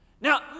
Now